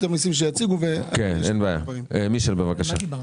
מישל, בבקשה.